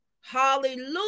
Hallelujah